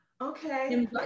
okay